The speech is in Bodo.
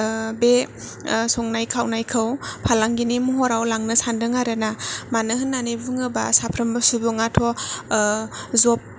बे संनाय खावनायखौ फालांगिनि महराव लांनो सानदों आरो ना मानो होननानै बुङोब्ला साफ्रोमबो सुबुङाथ' जब